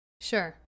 Sure